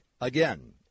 again